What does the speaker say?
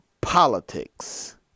politics